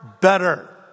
better